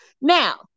now